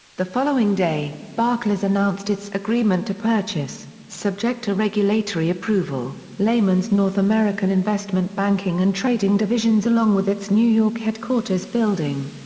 the following day, barclays announced its agreement to purchase, subject to regulatory approval, lehman's north american investment-banking and trading divisions along with its new york headquarters building.